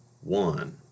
one